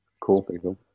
cool